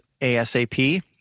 ASAP